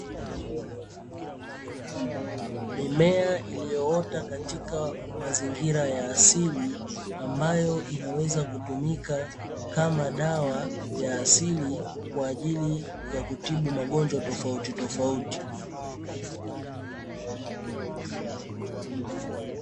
Mimea iliyoota katika mazingira ya asili ambayo inawezakutumika kama dawa ya asili, kwaajili ya kutibu magonjwa tofautitofauti.